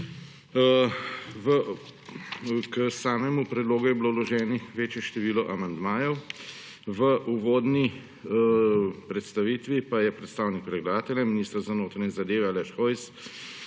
K samem predlogu je bilo vloženih večje število amandmajev. V uvodni predstavitvi je predstavnik predlagatelja minister za notranje zadeve Aleš Hojs